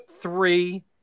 three